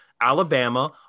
Alabama